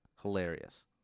hilarious